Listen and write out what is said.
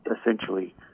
essentially